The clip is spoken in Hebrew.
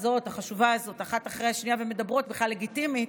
החשובה הזאת אחת אחרי השנייה ומדברות בכלל לגיטימית,